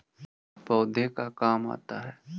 पौधे का काम आता है?